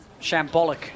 shambolic